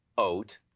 Oat